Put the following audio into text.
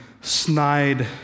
snide